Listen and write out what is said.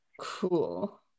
Cool